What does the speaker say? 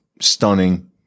stunning